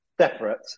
separate